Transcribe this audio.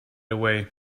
away